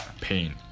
pain